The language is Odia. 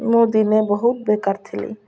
ମୁଁ ଦିନେ ବହୁତ ବେକାର ଥିଲି